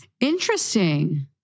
Interesting